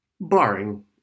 barring